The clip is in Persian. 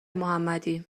محمدی